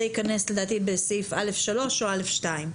זה יכנס לדעתי בסעיף (א3) או (א2)